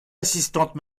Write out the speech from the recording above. assistante